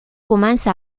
commence